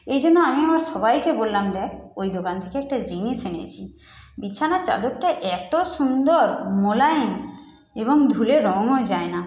এই জন্য আমি আমার সবাইকে বললাম দেখ ওই দোকান থেকে একটা জিনিস এনেছি বিছানার চাদরটা এত সুন্দর মোলায়েম এবং ধুলে রঙও যায় না